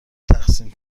تقسیم